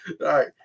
right